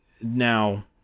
Now